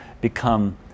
become